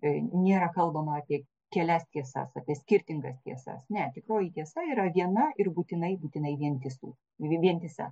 nėra kalbama apie kelias tiesas apie skirtingas tiesas ne tikroji tiesa yra viena ir būtinai būtinai vientisų vientisa